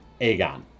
Aegon